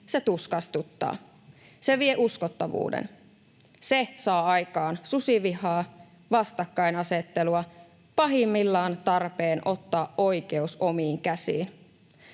se tuskastuttaa. Se vie uskottavuuden. Se saa aikaan susivihaa, vastakkainasettelua, pahimmillaan tarpeen ottaa oikeus omiin käsiin.